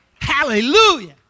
Hallelujah